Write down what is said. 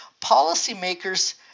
policymakers